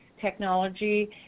technology